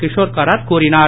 கிஷோர் கராத் கூறினார்